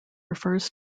refers